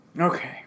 Okay